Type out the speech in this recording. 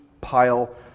Pile